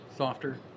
softer